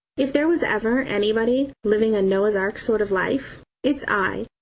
if there was ever anybody living a noah's ark sort of life it's i,